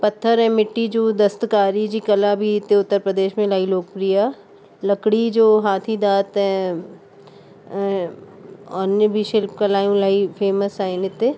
पथर ऐं मिटी जूं दस्तकारी जी कला बि हिते उत्तर प्रदेश में इलाही लोकप्रिय आहे लकिड़ी जो हाथी दांत ऐं अन्य बि शिल्पकलायूं इलाही फेम्स आहिनि हिते